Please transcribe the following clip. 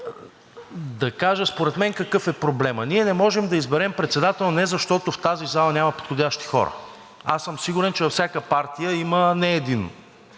да кажа според мен какъв е проблемът. Ние не можем да изберем председател не защото в тази зала няма подходящи хора. Сигурен съм, че във всяка партия има не един